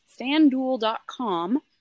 fanduel.com